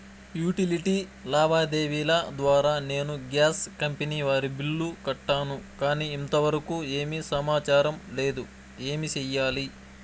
Utility లావాదేవీల ద్వారా నేను గ్యాస్ కంపెని వారి బిల్లు కట్టాను కానీ ఇంతవరకు ఏమి సమాచారం లేదు, ఏమి సెయ్యాలి?